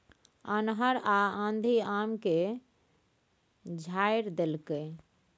अन्हर आ आंधी आम के झाईर देलकैय?